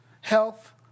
health